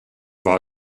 war